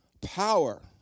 power